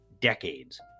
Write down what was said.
decades